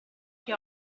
che